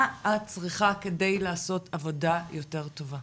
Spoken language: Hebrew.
מה את צריכה כדי לעשות עבודה יותר טובה?